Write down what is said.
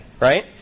Right